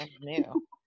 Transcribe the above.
new